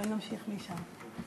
ונמשיך משם.